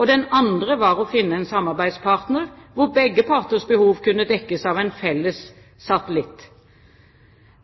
og den andre var å finne en samarbeidspartner hvor begge parters behov kunne dekkes av en felles satellitt.